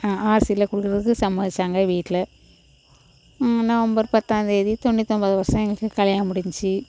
ஆர்சியில் கொடுக்குறதுக்கு சம்மதித்தாங்க வீட்டில் நவம்பர் பத்தாம்தேதி தொண்ணூற்றி ஒன்பதாவது வருஷம் எனக்கு கல்யாணம் முடிஞ்சிச்சு